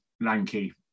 lanky